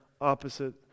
opposite